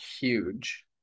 huge